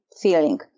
feeling